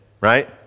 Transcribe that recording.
right